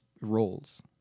roles